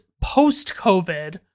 post-COVID